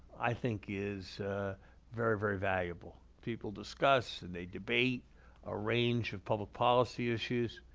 i think, is very, very valuable. people discuss and they debate a range of public policy issues.